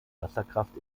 wasserkraft